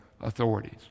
authorities